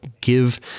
give